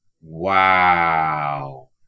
Wow